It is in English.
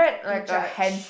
do judge